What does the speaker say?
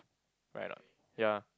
right or not ya